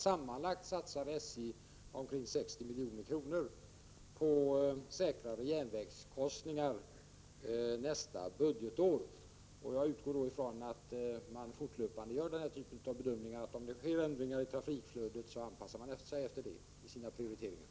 Sammanlagt satsar SJ omkring 60 milj.kr. på säkrare järnvägskorsningar nästa budgetår. Jag utgår ifrån att om det sker ändringar i trafikflödet, så anpassar man sig efter det i sina prioriteringar.